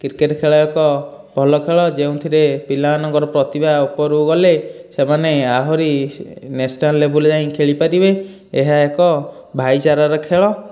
cricket ଖେଳ ଏକ ଭଲ ଖେଳ ଯେଉଁଥିରେ ପିଲାମାନଙ୍କର ପ୍ରତିଭା ଉପରକୁ ଗଲେ ସେମାନେ ଆହୁରି ନ୍ୟାସନାଲ୍ ଲେବୁଲ୍ରେ ଯାଇକି ଖେଳିପାରିବେ ଏହା ଏକ ଭାଇଚାରାର ଖେଳ